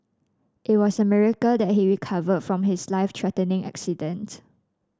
it was a miracle that he recovered from his life threatening accident